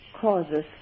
causes